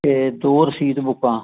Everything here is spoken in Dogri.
ते दौ रसीद बुकां